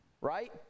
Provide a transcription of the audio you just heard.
right